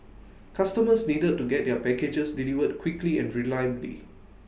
customers needed to get their packages delivered quickly and reliably